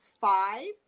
five